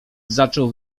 zaczął